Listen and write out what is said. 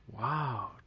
Wow